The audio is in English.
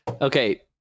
okay